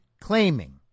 claiming